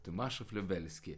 tumašof liubelsky